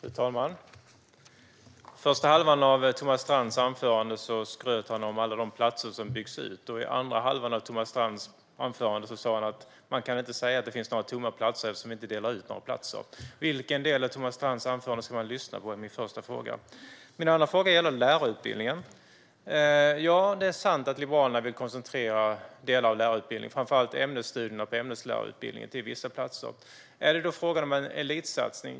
Fru talman! I första halvan av Thomas Strands anförande skröt han om alla de platser som byggs ut. I andra halvan av Thomas Strands anförande sa han: Man kan inte säga att det finns några tomma platser eftersom vi inte delar ut några platser. Min första fråga är: Vilken del av Thomas Strands anförande ska man lyssna på? Min andra fråga gäller lärarutbildningen. Det är sant att Liberalerna vill koncentrera delar av lärarutbildningen, framför allt ämnesstudierna på ämneslärarutbildningen, till vissa platser. Är det då fråga om en elitsatsning?